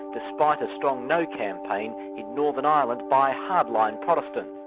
despite a strong no campaign in northern ireland by hardline protestants.